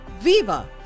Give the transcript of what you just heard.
Viva